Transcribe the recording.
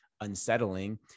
unsettling